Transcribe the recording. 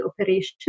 operation